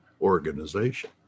organization